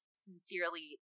sincerely